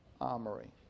armory